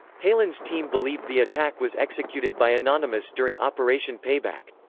palin's team believed the attack was executed by anonymous during operation payback.